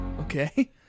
Okay